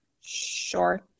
Sure